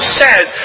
says